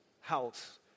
house